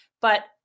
But-